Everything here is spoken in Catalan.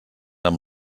amb